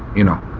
you know?